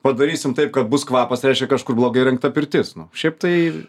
padarysim taip kad bus kvapas reiškia kažkur blogai įrengta pirtis nu šiaip tai